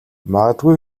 магадгүй